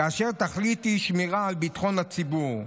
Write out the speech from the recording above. כאשר התכלית היא שמירה על ביטחון הציבור.